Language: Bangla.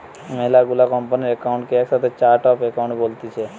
মেলা গুলা কোম্পানির একাউন্ট কে একসাথে চার্ট অফ একাউন্ট বলতিছে